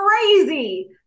crazy